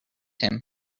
him